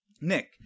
Nick